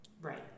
right